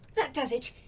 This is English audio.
that does it.